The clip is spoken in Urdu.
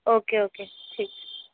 اوکے اوکے ٹھیک